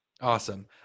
Awesome